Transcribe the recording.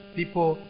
people